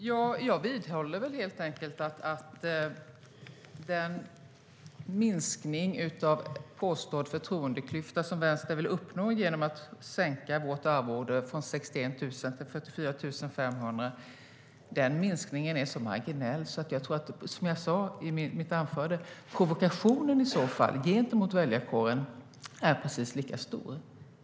Herr talman! Jag vidhåller helt enkelt att den minskning av påstådd förtroendeklyfta som Vänstern vill uppnå genom att sänka vårt arvode från 61 000 till 44 500 är så marginell att provokationen gentemot väljarkåren i så fall är precis lika stor, som jag sa i mitt anförande.